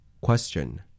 Question